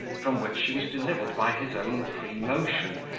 from which she was delivered by his own free motion,